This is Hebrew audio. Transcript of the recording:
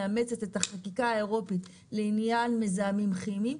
מאמצת את החקיקה האירופית לעניין מזהמים כימיים.